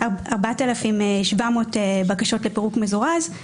4,700 בקשות לפירוק מזורז,